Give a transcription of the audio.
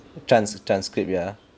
trans transcript ya